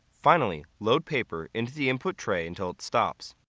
finally, load paper into the input tray until it stops.